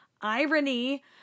Irony